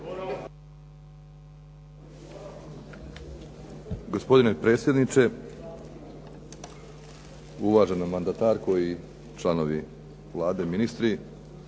Gospodine predsjedniče, uvažena mandatarko i članovi Vlade, ministri,